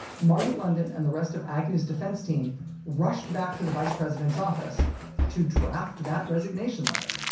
marty london and the rest of agnew's defense team rushed back to the vice president's office to draft that resignation letter.